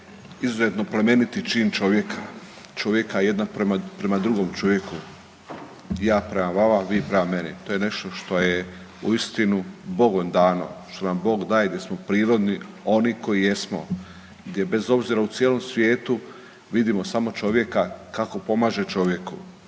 izuzetan plemeniti čin čovjeka, čovjeka jednog prema drugom čovjeku, ja prema vama, vi prema meni to je nešto što je uistinu bogom dano, što nam Bog daje da smo prirodni oni koji jesmo gdje bez obzira u cijelom svijetu vidimo samo čovjeka kako pomaže čovjeku.